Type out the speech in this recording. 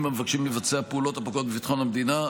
המבקשים לבצע פעולות הפוגעות בביטחון המדינה.